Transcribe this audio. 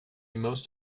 most